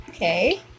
Okay